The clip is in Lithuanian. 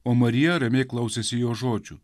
o marija ramiai klausėsi jo žodžių